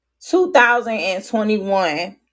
2021